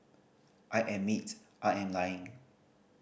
I admit I am lying